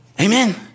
Amen